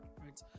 right